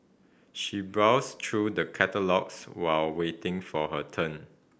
she browsed through the catalogues while waiting for her turn